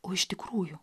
o iš tikrųjų